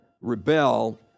rebel